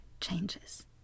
changes